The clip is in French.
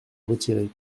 retiré